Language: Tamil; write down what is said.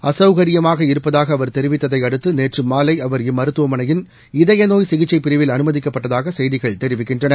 அசௌகரியமாக இருப்பதாக அவர் தெரிவித்ததை அடுத்து நேற்று மாலை அவர் இம்மருத்துவமளையின் இதயநோய் சிகிச்சை பிரிவில் அனுமதிக்கப்பட்டதாக செய்திகள் தெரிவிக்கின்றன